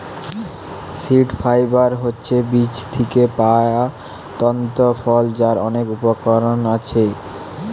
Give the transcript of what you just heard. seed fibre হচ্ছে বীজ থিকে পায়া তন্তু ফল যার অনেক উপকরণ আছে